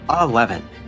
Eleven